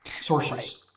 sources